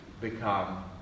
become